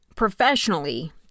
Professionally